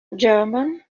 german